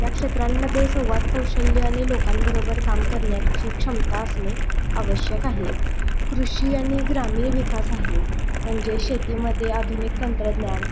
या क्षेत्रांमध्ये संवाद कौशल्य आणि लोकांबरोबर काम करण्याची क्षमता असणे आवश्यक आहे कृषी आणि ग्रामीण विकास आहे म्हणजे शेतीमध्ये आधुनिक तंत्रज्ञान